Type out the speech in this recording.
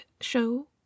show